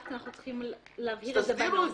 אנחנו רק צריכים להבהיר את זה בנוסח.